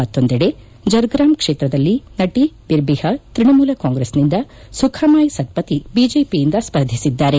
ಮತ್ತೊಂದೆಡೆ ಜರ್ಗ್ರಾಮ್ ಕ್ವೇತ್ರದಲ್ಲಿ ನಟಿ ಬಿರ್ಬಾಹಾ ತ್ಪಣಮೂಲ ಕಾಂಗೆಸ್ನಿಂದ ಸುಖಮಾಯ್ ಸತ್ಪತಿ ಬಿಜೆಪಿಯಿಂದ ಸ್ಪರ್ಧಿಸಿದ್ದಾರೆ